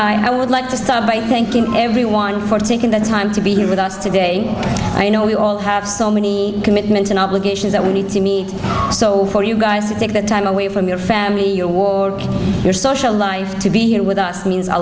i would like to start by thanking everyone for taking the time to be here with us today i know we all have so many commitments and obligations that we need to meet so for you guys to take the time away from your family your war your social life to be here with us